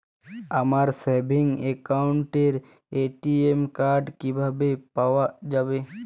আমার সেভিংস অ্যাকাউন্টের ATM card কিভাবে পাওয়া যাবে?